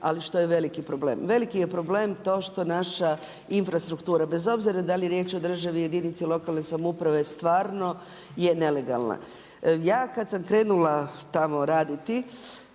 ali što je veliki problem. Veliki je problem to što naša infrastruktura bez obzira da li je riječ o državi, jedinici lokalne samouprave stvarno je nelegalna. Ja kad sam krenula tamo raditi,